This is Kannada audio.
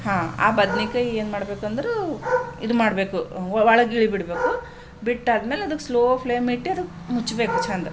ಹಾಂ ಆ ಬದನೇಕಾಯಿ ಏನು ಮಾಡಬೇಕೆಂದ್ರೆ ಇದು ಮಾಡಬೇಕು ಒಳಗಿಳಿಬಿಡಬೇಕು ಬಿಟ್ಟಾದ್ಮೇಲೆ ಅದಕ್ಕೆ ಸ್ಲೋ ಫ್ಲೇಮಿಟ್ಟಿ ಅದಕ್ಕೆ ಮುಚ್ಬೇಕು ಚೆಂದ